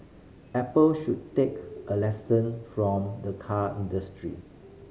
apple should take a lesson from the car industry